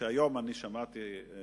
היום אני שמעתי את